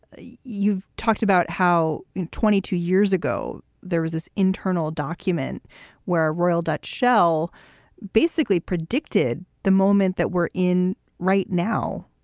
you've talked about how in twenty two years ago there was this internal document where a royal dutch shell basically predicted the moment that we're in right now.